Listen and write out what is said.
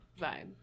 vibe